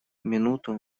минуту